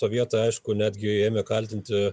sovietai aišku netgi ėmė kaltinti